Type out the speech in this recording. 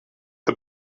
the